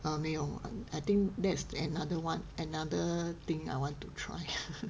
err 没有 I think that's another one another thing I want to try